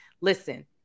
listen